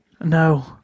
no